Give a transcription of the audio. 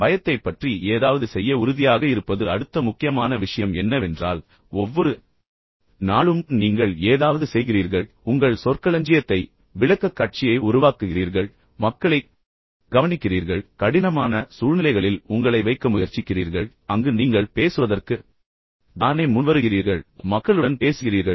பயத்தைப் பற்றி ஏதாவது செய்ய உறுதியாக இருப்பது அடுத்த முக்கியமான விஷயம் என்னவென்றால் ஒவ்வொரு நாளும் நீங்கள் ஏதாவது செய்கிறீர்கள் உங்கள் சொற்களஞ்சியத்தை உருவாக்குகிறீர்கள் உங்கள் விளக்கக்காட்சியை உருவாக்குகிறீர்கள் மக்களைக் கவனிக்கிறீர்கள் கடினமான சூழ்நிலைகளில் உங்களை வைக்க முயற்சிக்கிறீர்கள் அங்கு நீங்கள் பேசுவதற்கு தானே முன்வருகிறீர்கள் மக்களுடன் பேசுகிறீர்கள்